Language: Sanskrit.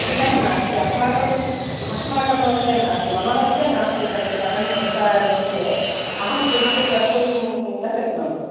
नास्ति अस्माकम् अस्माकं हस्ते नास्ति मम हस्ते नास्ति तद्धनं न्यूनताविषये अहं किमपि कर्तुं न शक्नोमि